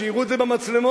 שיראו את זה במצלמות,